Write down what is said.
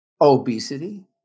obesity